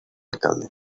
alcalde